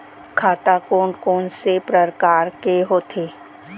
खाता कोन कोन से परकार के होथे?